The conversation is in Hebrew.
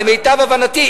למיטב הבנתי,